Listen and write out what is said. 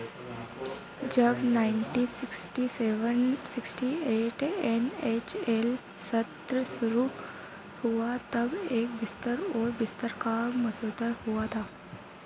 जब ninety sixty seven sixty eight N H L सत्र शुरू हुआ तब एक बिस्तर और बिस्तर का मसौदा हुआ था